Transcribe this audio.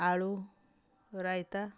ଆଳୁ ରାଇତା